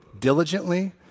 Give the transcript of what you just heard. Diligently